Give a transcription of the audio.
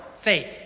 faith